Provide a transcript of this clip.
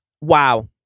Wow